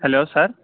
hello sir